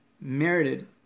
merited